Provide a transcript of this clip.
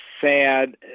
sad